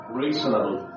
reasonable